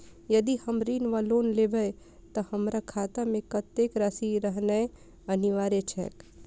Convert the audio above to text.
यदि हम ऋण वा लोन लेबै तऽ हमरा खाता मे कत्तेक राशि रहनैय अनिवार्य छैक?